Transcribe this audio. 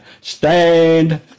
stand